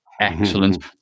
excellent